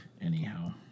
anyhow